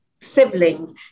siblings